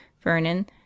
Vernon